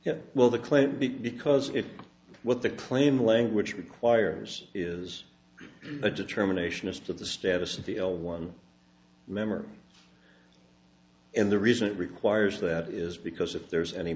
yeah well the claim because it's what the claim language requires is a determination as to the status of the l one member in the reason it requires that is because if there's any